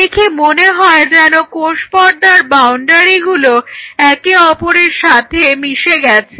দেখে মনে হয় যেন কোষ পর্দার বাউন্ডারিগুলো একে অপরের সাথে মিশে গেছে